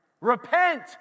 Repent